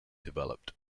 developed